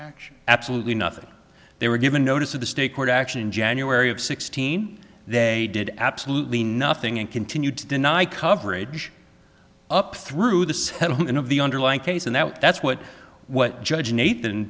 action absolutely nothing they were given notice of the state court action in january of sixteen they did absolutely nothing and continued to deny coverage up through the settlement of the underlying case and that that's what what judge